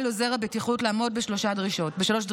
על עוזר הבטיחות לעמוד בשלוש דרישות: